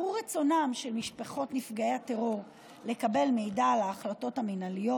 ברור רצונן של משפחות נפגעי הטרור לקבל מידע על ההחלטות המינהליות.